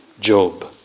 Job